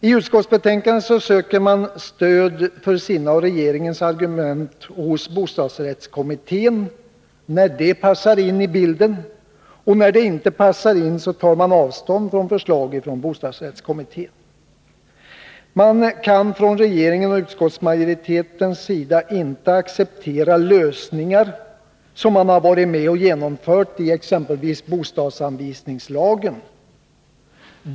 I betänkandet söker man stöd för sina och regeringens argument hos bostadsrättskommittén, när det passar. När det inte passar tar man avstånd från förslaget från bostadsrättskommittén. Regeringen och utskottsmajoriteten kan inte acceptera lösningar som man har varit med och genomfört genom exempelvis bostadsanvisningslagen.